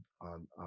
on